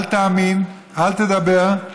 אל תאמין, אל תדבר.